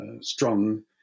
strong